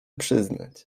przyznać